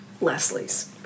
Leslie's